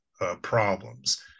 problems